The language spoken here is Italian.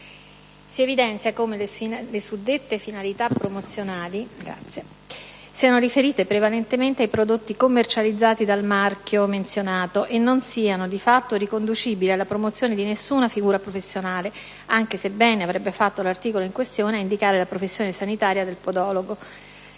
evidenzio come le suddette finalità promozionali siano riferite prevalentemente ai prodotti commercializzati dal marchio menzionato e non siano, di fatto, riconducibili alla promozione di nessuna figura professionale, anche se bene avrebbe fatto l'articolo in questione a indicare la professione sanitaria del podologo